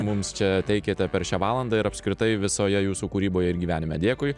mums čia teikėte per šią valandą ir apskritai visoje jūsų kūryboje ir gyvenime dėkui